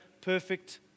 perfect